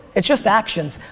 it's just actions.